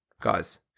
Guys